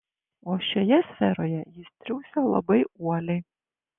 o šioje sferoje jis triūsia labai uoliai